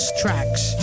tracks